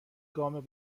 گام